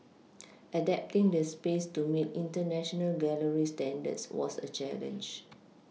adapting the space to meet international gallery standards was a challenge